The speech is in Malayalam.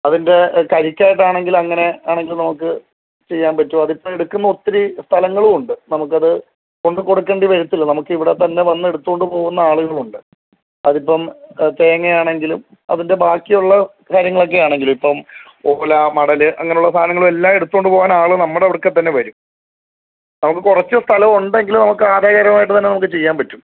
അതിൻ്റെ കരിക്ക് ആയിട്ടാണെങ്കിൽ അങ്ങനെ ആണെങ്കിൽ നമുക്ക് ചെയ്യാൻ പറ്റും അതിപ്പോൾ എടുക്കുന്ന ഒത്തിരി സ്ഥലങ്ങളും ഉണ്ട് നമുക്കത് കൊണ്ട് കൊടുക്കേണ്ടി വരത്തില്ല നമുക്ക് ഇവിടെ തന്നെ വന്ന് എടുത്തുകൊണ്ട് പോവുന്ന ആളുകളും ഉണ്ട് അതിപ്പം ക തേങ്ങ ആണെങ്കിലും അതിൻ്റെ ബാക്കിയുള്ള കാര്യങ്ങളൊക്കെ ആണെങ്കിലും ഇപ്പം ഓല മടൽ അങ്ങനെയുള്ള സാധനങ്ങളെല്ലാം എടുത്തുകൊണ്ട് പോവാൻ ആൾ നമ്മുടെ അവിടെ ഒക്കെ തന്നെ വരും നമുക്ക് കുറച്ച് സ്ഥലം ഉണ്ടെങ്കിൽ നമുക്ക് ആദായകരമായിട്ട് തന്നെ നമുക്ക് ചെയ്യാൻ പറ്റും